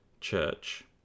church